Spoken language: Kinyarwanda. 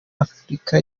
afurika